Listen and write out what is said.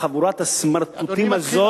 חבורת הסמרטוטים הזאת,